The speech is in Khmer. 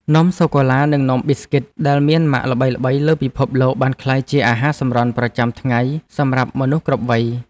នំសូកូឡានិងនំប៊ីស្គីតដែលមានម៉ាកល្បីៗលើពិភពលោកបានក្លាយជាអាហារសម្រន់ប្រចាំថ្ងៃសម្រាប់មនុស្សគ្រប់វ័យ។